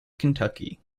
kentucky